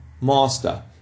master